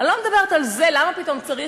אני לא מדברת על זה, למה פתאום צריך?